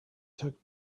took